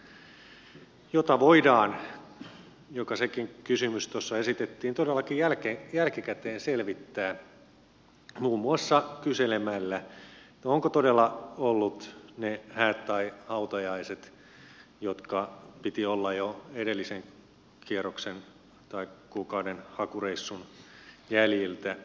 asiaa voidaan sekin kysymys tuossa esitettiin todellakin jälkikäteen selvittää muun muassa kyselemällä että no onko todella ollut ne häät tai hautajaiset jotka piti olla jo edellisen kierroksen tai kuukauden hakureissun jäljiltä